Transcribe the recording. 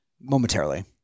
Momentarily